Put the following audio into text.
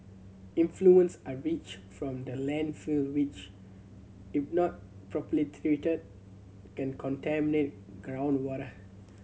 influence are reach from the landfill which if not properly treated can contaminate groundwater